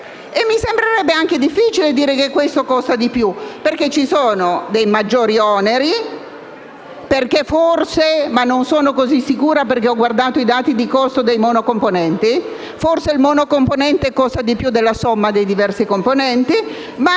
mi sembra anche difficile dire che questo costa di più, perché ci sono maggiori oneri, dal momento che forse - ma non sono così sicura, avendo esaminato i dati di costo dei monocomponenti - il monocomponente costa di più della somma dei diversi componenti, ma